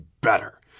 better